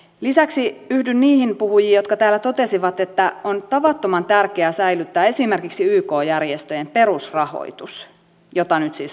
lisäksi yhdyn niihin puhujiin jotka täällä totesivat että on tavattoman tärkeää säilyttää esimerkiksi yk järjestöjen perusrahoitus jota nyt siis hallitus leikkaa